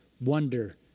wonder